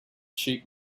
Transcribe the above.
sheep